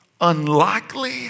unlikely